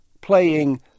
playing